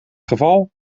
geval